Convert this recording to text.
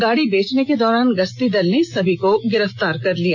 गाड़ी बेचने के दौरान गश्ती दल ने सभी को गिरफतार कर लिया